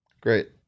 Great